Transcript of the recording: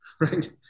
right